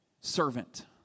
servant